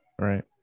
Right